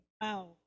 Wow